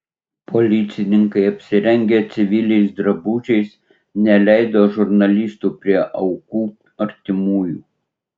policininkai apsirengę civiliais drabužiais neleido žurnalistų prie aukų artimųjų